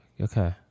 Okay